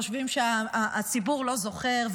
חושבים שהציבור לא זוכר,